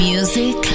Music